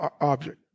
object